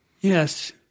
Yes